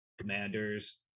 commanders